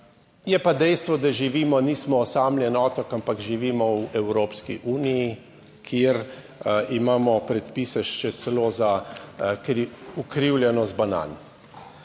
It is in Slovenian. Je pa dejstvo, da živimo, nismo osamljen otok, ampak živimo v Evropski uniji, kjer imamo predpise še celo za ukrivljenost banan.